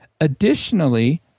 Additionally